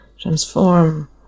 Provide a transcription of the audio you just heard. transform